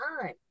time